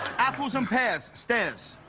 apples and pears, stairs.